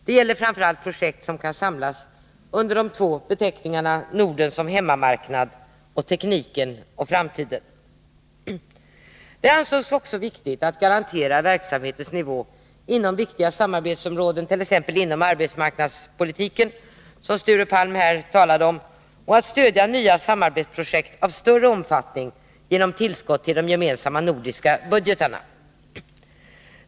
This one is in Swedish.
Det gäller framför allt projekt som kan samlas under de två beteckningarna ”Norden som hemmamarknad” och ”Tekniken och framtiden”. Det ansågs också viktigt att garantera verksamhetens nivå inom viktiga samarbetsområden, t.ex. inom arbetsmarknadspolitiken, som Sture Palm här talade om, och att stödja nya samarbetsprojekt av större omfattning genom tillskott till de gemensamma nordiska budgetarna.